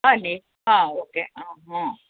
ಬನ್ನಿ ಹಾಂ ಓಕೆ ಹಾಂ ಹಾಂ